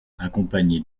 accompagnée